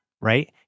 right